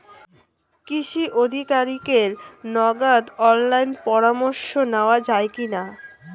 কৃষি আধিকারিকের নগদ অনলাইন পরামর্শ নেওয়া যায় কি না?